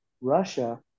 Russia